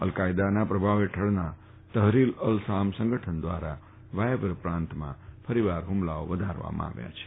al Qaeda પ્રભાવ હેઠળના Tahrir al Sham સંગઠન દ્વારા વાયવ્ય પ્રાંતમાં ફરીવાર હ્મલાઓ વધારવામાં આવ્યા છે